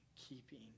keeping